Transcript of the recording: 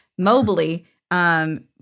mobily